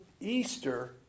Easter